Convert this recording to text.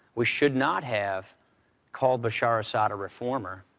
we should not have called bashar assad a reformer,